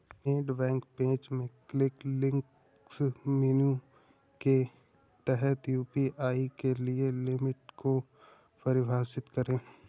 net bank page में quick links menu के तहत यू.पी.आई के लिए लिमिट को परिभाषित करें